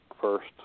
first